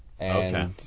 Okay